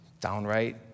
downright